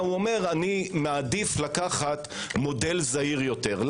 הוא אומר: אני מעדיף לקחת מודל זעיר יותר.